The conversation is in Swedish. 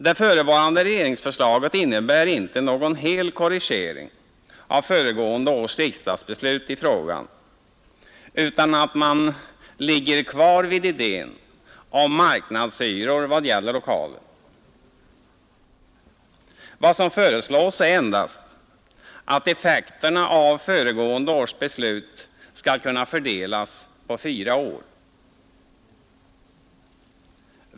Det förevarande regeringsförslaget innebär inte någon hel korrigering av föregående års riksdagsbeslut i frågan, utan man ligger kvar vid idén om ”marknadshyror” i vad gäller lokaler. Vad som föreslås är endast att effekterna av föregående års beslut skall kunna fördelas på fyra år.